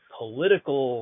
political